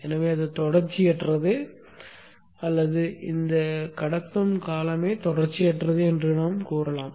எனவே அது தொடர்ச்சியற்றது அல்லது கடத்தும் காலமே தொடர்ச்சியற்றது என்று கூறுகிறோம்